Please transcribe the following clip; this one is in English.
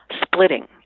splitting